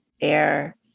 air